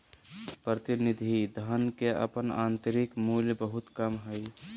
प्रतिनिधि धन के अपन आंतरिक मूल्य बहुत कम हइ